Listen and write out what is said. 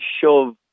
shove